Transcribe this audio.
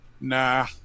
Nah